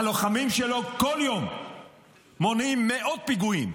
הלוחמים שלו כל יום מונעים מאות פיגועים.